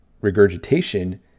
regurgitation